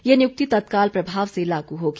ये नियुक्ति तत्काल प्रभाव से लागू होगी